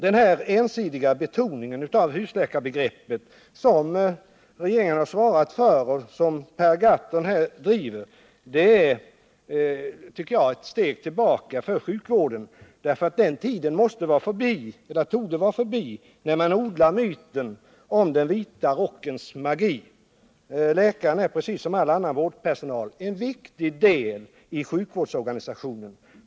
Den ensidiga betoning av husläkarbegreppet som regeringen har svarat för och som Per Gahrton här driver tycker jag är ett steg tillbaka för sjukvården. Den tid borde vara förbi när man odlar myten om den vita rockens magi. Läkaren är precis som all annan vårdpersonal en viktig del i sjukvårdsorganisationen.